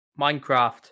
Minecraft